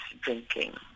drinking